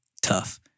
tough